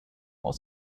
aus